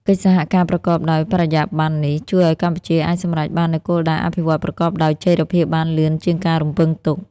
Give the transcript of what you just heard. កិច្ចសហការប្រកបដោយបរិយាប័ន្ននេះ ជួយឱ្យកម្ពុជាអាចសម្រេចបាននូវគោលដៅអភិវឌ្ឍន៍ប្រកបដោយចីរភាពបានលឿនជាងការរំពឹងទុក។